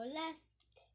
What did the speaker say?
left